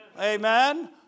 Amen